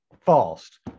fast